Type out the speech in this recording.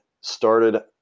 started